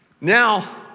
Now